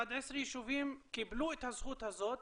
11 יישובים קיבלו את הזכות הזאת